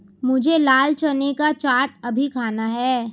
मुझे लाल चने का चाट अभी खाना है